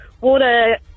water